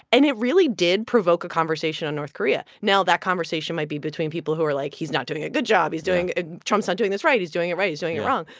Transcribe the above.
and it really did provoke a conversation on north korea. now, that conversation might be between people who are like, he's not doing a good job. he's doing ah trump's not doing this right. he's doing it right. he's doing it wrong.